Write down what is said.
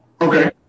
Okay